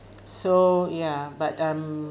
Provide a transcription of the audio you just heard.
so ya but um